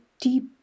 deep